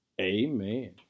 Amen